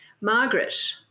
Margaret